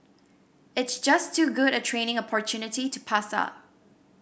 it's just too good a training opportunity to pass up